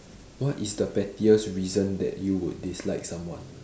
what is the pettiest reason that you would dislike someone